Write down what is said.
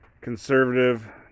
conservative